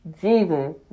Jesus